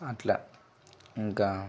అట్లా ఇంకా